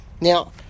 Now